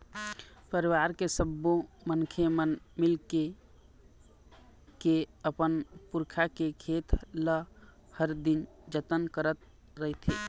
परिवार के सब्बो मनखे मन मिलके के अपन पुरखा के खेत ल हर दिन जतन करत रहिथे